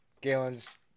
Galen's